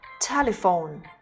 telephone